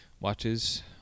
watches